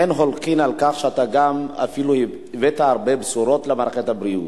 אין חולקין על כך שאתה גם אפילו הבאת הרבה בשורות למערכת הבריאות.